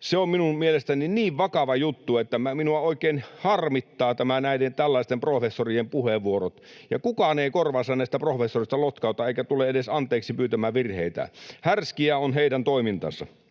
Se on minun mielestäni niin vakava juttu, että minua oikein harmittaa näiden tällaisten professorien puheenvuorot, ja kukaan näistä professoreista ei korvaansa lotkauta eikä tule edes anteeksi pyytämään virheitään. Härskiä on heidän toimintansa.